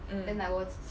mm